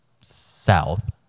South